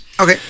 okay